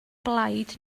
blaid